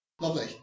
Lovely